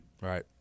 Right